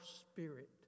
spirit